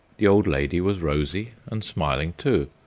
the old lady was rosy and smiling too,